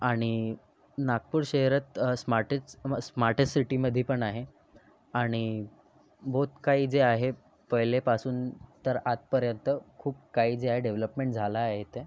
आणि नागपूर शहरात स्मार्टेस स्मार्टेस्ट सिटीमध्ये पण आहे आणि बोहोत काही जे आहे पहिलेपासून तर आजपर्यंत खूप काही जे आहे डेव्हलपमेंट झालं आहे इथे